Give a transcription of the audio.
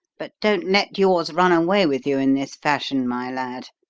but don't let yours run away with you in this fashion, my lad,